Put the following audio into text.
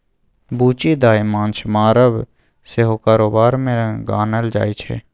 बुच्ची दाय माँछ मारब सेहो कारोबार मे गानल जाइ छै